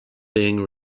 being